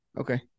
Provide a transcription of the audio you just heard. Okay